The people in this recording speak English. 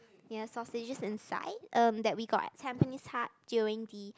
ya sausages inside um that we got at Tampines Hub during the